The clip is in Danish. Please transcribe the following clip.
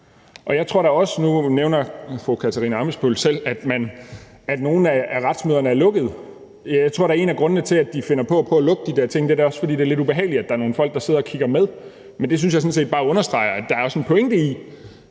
er jo indiskutabelt. Nu nævner fru Katarina Ammitzbøll selv, at nogle af retsmøderne er lukkede. Jeg tror da, at en af grundene til, at de finder på at lukke de der ting, er, at det er lidt ubehageligt, at der er nogle folk, der sidder og kigger med. Men det synes jeg sådan set bare understreger, at der også er en pointe i,